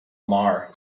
maher